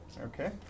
Okay